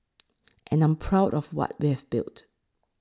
and I'm proud of what we have built